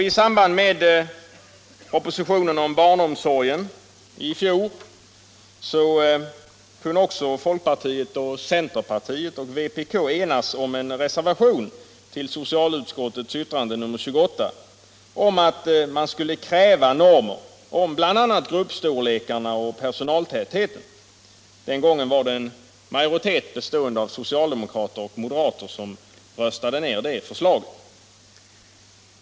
I samband med behandlingen av propositionen om barnomsorgen i fjol kunde folkpartiet, centerpartiet och vpk enas om en reservation till socialutskottets betänkande nr 28 om att man skulle kräva normer för bl.a. gruppstorlekarna och personaltätheten. Det var en majoritet bestående av socialdemokrater och moderater som röstade ner det förslaget.